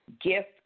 gift